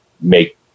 make